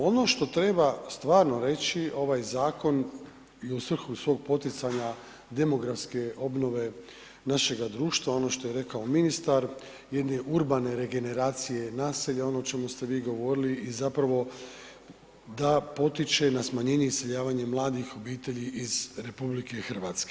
Ono što treba stvarno reći, ovaj zakon je u svrhu svog poticanja demografske obnove našega društva, ono što je rekao ministar, jedne urbane regeneracije naselja, ono o čemu ste vi govorili i zapravo da potiče na smanjenje iseljavanja mladih obitelji iz RH.